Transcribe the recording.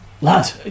Lad